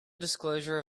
disclosure